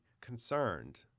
concerned